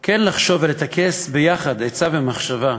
כן לחשוב ולטכס ביחד עצה ומחשבה,